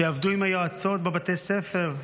שיעבוד עם היועצות בבתי הספר,